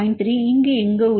3 இங்கே எங்கோ உள்ளது